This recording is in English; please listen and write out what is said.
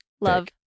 Love